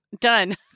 Done